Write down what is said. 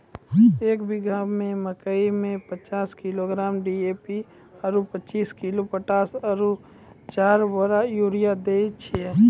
एक बीघा मे मकई मे पचास किलोग्राम डी.ए.पी आरु पचीस किलोग्राम पोटास आरु चार बोरा यूरिया दैय छैय?